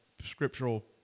scriptural